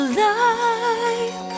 life